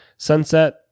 Sunset